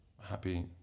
happy